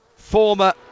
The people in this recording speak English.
Former